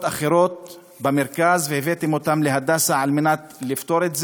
אחרות במרכז והבאתם אותם להדסה כדי לפתור את זה,